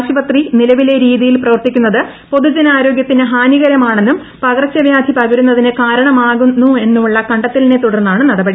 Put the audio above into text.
ആശുപത്രി നിലവിലെ് രീതിയിൽ പ്രവർത്തിക്കുന്നത് പൊതുജനാരോഗൃത്തിന് ഹാനികരമാണെന്നും പകർച്ചവ്യാധി പകരുന്നതിന് കാരണമാകുന്നെന്നുമുളള കണ്ടെത്തലിനെ തുടർന്നാണ് നടപടി